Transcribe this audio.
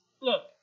look